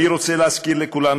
אני רוצה להזכיר לכולנו,